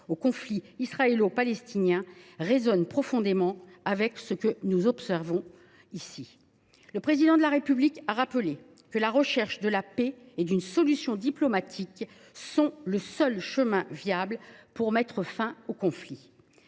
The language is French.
au conflit israélo palestinien résonne profondément avec ce que nous y observons. Emmanuel Macron a rappelé que la recherche de la paix et d’une solution diplomatique est le seul chemin viable pour mettre fin au conflit.